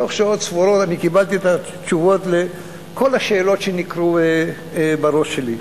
תוך שעות ספורות אני קיבלתי את התשובות על כל השאלות שניקרו בראש שלי.